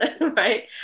right